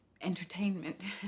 entertainment